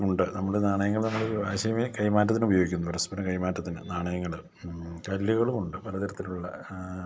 ഉണ്ട് നമ്മൾ നാണയങ്ങൾ നമ്മൾ ആശയവിനിമയ കൈമാറ്റത്തിനുപയോഗിക്കുന്നു പരസ്പര കൈമാറ്റത്തിന് നാണയങ്ങൾ കല്ലുകളുമുണ്ട് പലതരത്തിലുള്ള